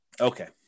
Okay